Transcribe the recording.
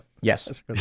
Yes